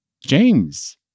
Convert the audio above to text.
James